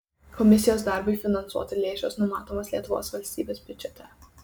komisijos darbui finansuoti lėšos numatomos lietuvos valstybės biudžete